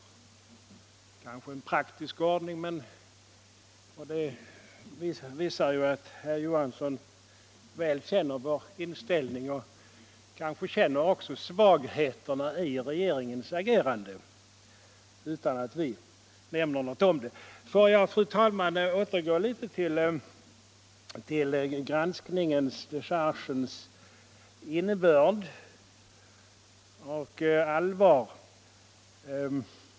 Det är kanske en praktisk ordning, och det visar att herr Johansson känner vår inställning väl och kanske också känner svagheterna i regeringens agerande utan att vi har nämnt något om dem. Får jag, fru talman återgå till granskningen, till dechargens innebörd och allvar.